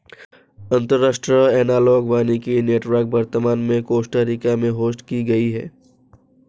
अंतर्राष्ट्रीय एनालॉग वानिकी नेटवर्क वर्तमान में कोस्टा रिका में होस्ट की गयी है